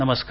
नमस्कार